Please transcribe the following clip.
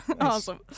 Awesome